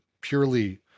purely